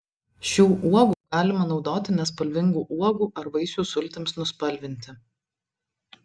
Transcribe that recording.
šių uogų galima naudoti nespalvingų uogų ar vaisių sultims nuspalvinti